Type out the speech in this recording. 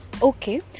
Okay